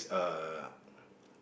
uh